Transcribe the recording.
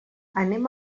anem